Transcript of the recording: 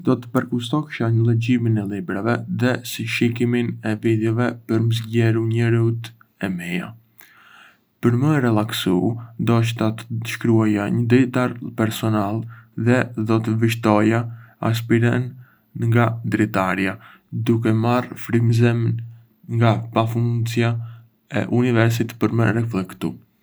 Do të përkushtohesha në leximin e librave dhe shikimin e videove për me zgjeru njohuritë e mia. Për me u relaksu, ndoshta do të shkruaja një ditar personal dhe do të vështroja hapësirën nga dritarja, duke marrë frymëzim nga pafundësia e universit për me reflektu.